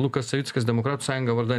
lukas savickas demokratų sąjunga vardan